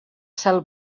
cel